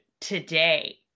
today